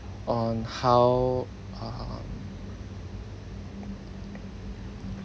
on how uh uh uh